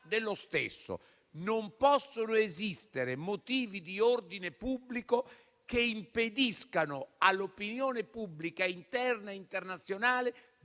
Non possono esistere motivi di ordine pubblico che impediscano all'opinione pubblica interna e internazionale di capire che cosa capita